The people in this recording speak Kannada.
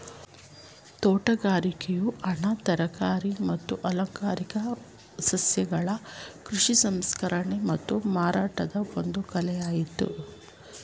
ತೋಟಗಾರಿಕೆಯು ಹಣ್ಣು ತರಕಾರಿ ಮತ್ತು ಅಲಂಕಾರಿಕ ಸಸ್ಯಗಳ ಕೃಷಿ ಸಂಸ್ಕರಣೆ ಮತ್ತು ಮಾರಾಟದ ಒಂದು ಕಲೆಯಾಗಯ್ತೆ